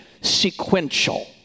sequential